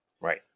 Right